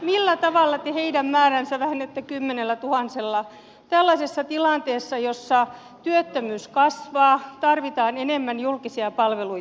millä tavalla te heidän määräänsä vähennätte kymmenillätuhansilla tällaisessa tilanteessa jossa työttömyys kasvaa tarvitaan enemmän julkisia palveluita